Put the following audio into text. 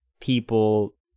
people